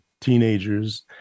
Teenagers